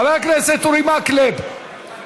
חבר הכנסת אורי מקלב,